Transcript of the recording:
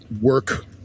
work